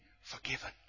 forgiven